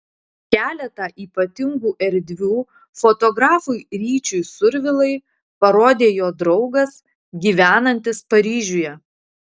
keletą ypatingų erdvių fotografui ryčiui survilai parodė jo draugas gyvenantis paryžiuje